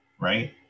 right